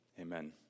Amen